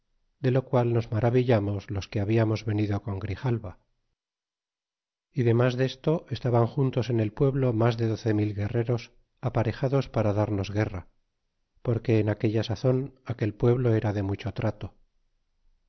de lo qual nos maravillinnos los que habíamos venido con grijalva y demas desto estaban juntos en el pueblo mas de doce mil guerreros aparejados para darnos guerra porque en aquella sazon aquel pueblo era de mucho trato